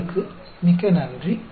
தங்களுக்கு மிக்க நன்றி